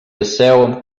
asseu